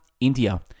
india